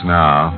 now